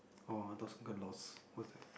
orh I thought sunken lost what's that